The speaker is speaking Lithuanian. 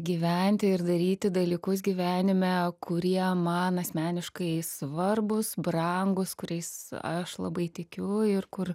gyventi ir daryti dalykus gyvenime kurie man asmeniškai svarbūs brangūs kuriais aš labai tikiu ir kur